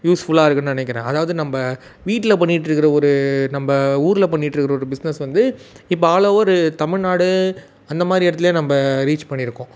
யூஸ்ஃபுல்லாக இருக்குன்னு நினக்கிறேன் அதாவது நம்ப வீட்டில் பண்ணிக்கிட்டு இருக்கிற ஒரு நம்ப ஊரில் பண்ணிகிட்டு இருக்கிற ஒரு பிஸ்னஸ் வந்து இப்போ ஆல் ஓவரு தமிழ்நாடு அந்தமாதிரி இடத்துலையே நம்ப ரீச் பண்ணி இருக்கோம்